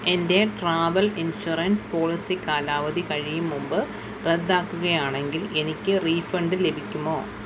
എൻ്റെ travel insurance policy കാലാവധി കഴിയും മുമ്പ് റദ്ദാക്കുക ആണെങ്കിൽ എനിക്ക് റീഫണ്ട് ലഭിക്കുമോ